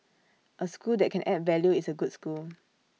A school that can add value is A good school